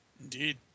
Indeed